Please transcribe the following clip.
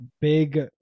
big